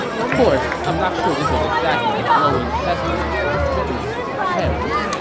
of course, i'm not sure this was exactly a glowing testament to his fitness as a parent.